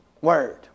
word